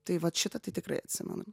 tai vat šitą tai tikrai atsimenu